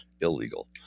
illegal